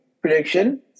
prediction